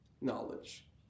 Knowledge